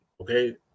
okay